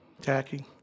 Tacky